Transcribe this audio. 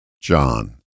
John